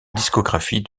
discographie